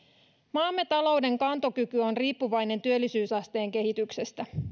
maamme talouden kantokyky on riippuvainen työllisyysasteen kehityksestä